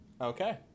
okay